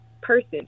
person